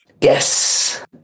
Yes